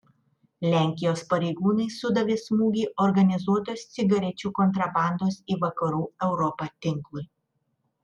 lenkijos pareigūnai sudavė smūgį organizuotos cigarečių kontrabandos į vakarų europą tinklui